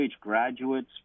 graduates